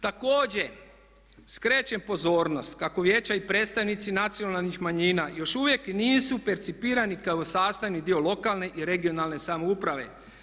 Također skrećem pozornost kako vijeća i predstavnici nacionalnih manjina još uvijek nisu percipirani kao sastavni dio lokalne i regionalne samouprave.